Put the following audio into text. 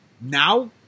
Now